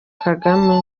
kagame